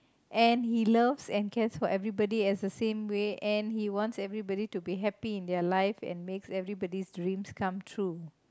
and he loves and cares for everybody as the same way and he wants everybody to be happy in their life and makes everybody's dreams come true